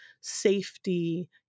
safety